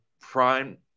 prime